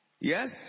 Yes